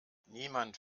niemand